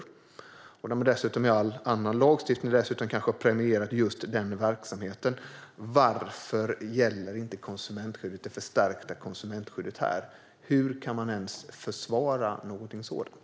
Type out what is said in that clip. Dessutom har man kanske i all annan lagstiftning premierat just den verksamheten. Varför gäller inte det förstärkta konsumentskyddet här? Hur kan man ens försvara någonting sådant?